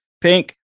Pink